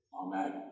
Amen